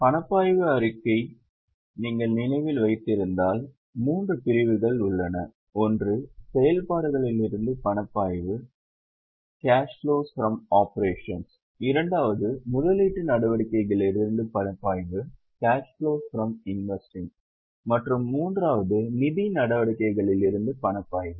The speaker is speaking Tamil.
பணப்பாய்வு அறிக்கையில் நீங்கள் நினைவில் வைத்திருந்தால் மூன்று பிரிவுகள் உள்ளன ஒன்று செயல்பாடுகளிலிருந்து பணப்பாய்வு இரண்டாவது முதலீட்டு நடவடிக்கைகளிலிருந்து பணப்பாய்வு மற்றும் மூன்றாவது நிதி நடவடிக்கைகளில் இருந்து பணப்பாய்வு